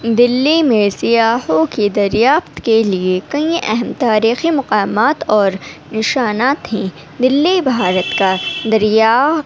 دلّی میں سیاحوں کی دریافت کے لیے کئیں اہم تاریخی مقامات اور نشانات ہیں دلّی بھارت کا دریا